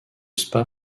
spa